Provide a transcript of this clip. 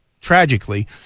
tragically